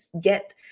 get